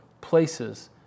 Places